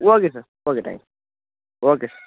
okay sir okay thank you okay